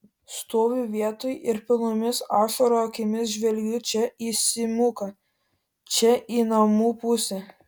stoviu vietoje ir pilnomis ašarų akimis žvelgiu čia į simuką čia į namų pusę